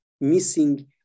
missing